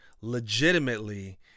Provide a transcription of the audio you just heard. legitimately